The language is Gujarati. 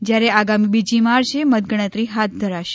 જયારે આગામી બીજી માર્ચે મતગણતરી હાથ ધરાશે